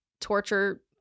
Torture